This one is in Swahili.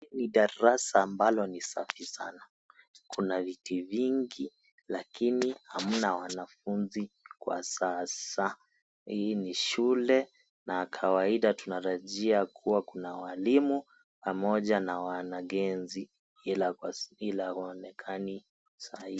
Ni darasa ambalo ni safi sana. Kuna viti vingi lakini hamna wanafunzi kwa sasa. Hii ni shule, na kawaida tunatarajia kuwa kuna walimu, pamoja na wanagenzi, ila kwa ila hawaonekani saa hii.